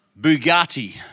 Bugatti